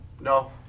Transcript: no